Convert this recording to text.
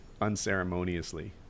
unceremoniously